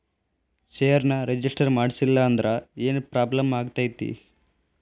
ಷೇರ್ನ ರಿಜಿಸ್ಟರ್ ಮಾಡ್ಸಿಲ್ಲಂದ್ರ ಏನ್ ಪ್ರಾಬ್ಲಮ್ ಆಗತೈತಿ